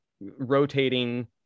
rotating